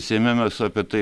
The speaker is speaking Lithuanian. seime mes apie tai